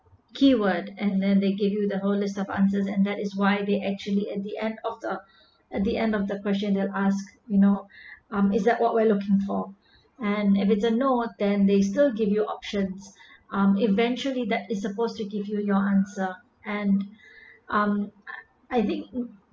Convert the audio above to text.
keyword and then they give you the whole list of answers and that is why they actually at the end of the at the end of the question they ask you know um is that what we're looking for and if it's a no then they still give you options um eventually that is supposed to give you your answer and um I think